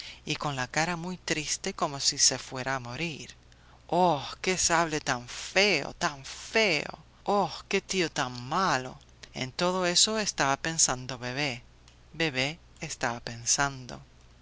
y con la cara muy triste como si se fuera a morir oh que sable tan feo tan feo oh qué tío tan malo en todo eso estaba pensando bebé bebé estaba pensando